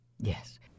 Yes